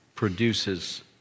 produces